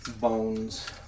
bones